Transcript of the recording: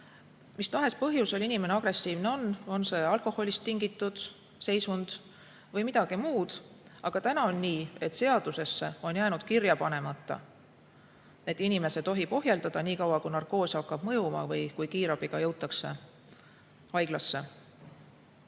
Mis tahes põhjusel inimene agressiivne on, alkoholist tingitud seisundi tõttu või mingil muul põhjusel, aga praegu on nii, et seadusesse on jäänud kirja panemata, et teda tohib ohjeldada nii kaua, kui narkoos hakkab mõjuma või kui kiirabiga jõutakse haiglasse.